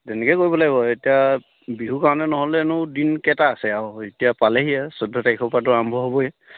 তেনেকেই কৰিব লাগিব এতিয়া বিহুৰ কাৰণে নহ'লেনে দিন কেইটা আছে আৰু এতিয়া পালেহিয়ে চৈধ্য তাৰিখৰ পৰাটো আৰম্ভ হ'বই